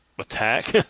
Attack